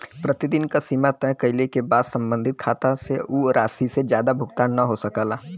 प्रतिदिन क सीमा तय कइले क बाद सम्बंधित खाता से उ राशि से जादा भुगतान न हो सकला